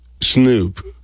snoop